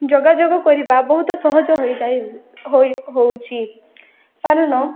ଯୋଗାଯୋଗ କରିବା ବହୁତ ସହଜ ହୋଇଯାଏ ହେଉଛି କାରଣ